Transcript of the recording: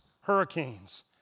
hurricanes